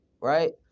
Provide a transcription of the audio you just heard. right